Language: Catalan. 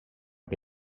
que